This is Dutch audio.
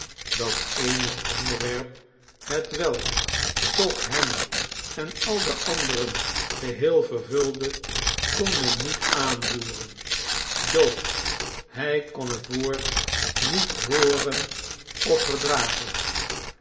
dat eene onderwerp hetwelk toch hem en al de anderen geheel vervulde kon men niet aanroeren dood hij kon het woord niet hooren of verdragen